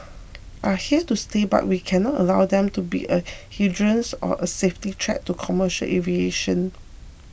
are here to stay but we cannot allow them to be a hindrance or a safety threat to commercial aviation